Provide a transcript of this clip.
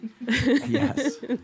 Yes